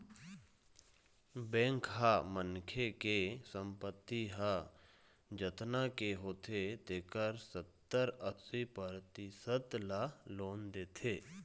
bank ह मनखे के संपत्ति ह जतना के होथे तेखर सत्तर, अस्सी परतिसत ल लोन देथे